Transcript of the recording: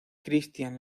christian